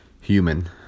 human